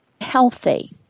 healthy